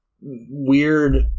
weird